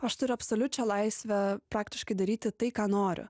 aš turiu absoliučią laisvę praktiškai daryti tai ką noriu